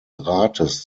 rates